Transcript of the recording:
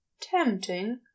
tempting